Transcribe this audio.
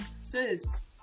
sis